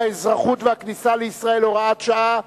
של חוק האזרחות והכניסה לישראל (הוראת שעה),